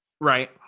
Right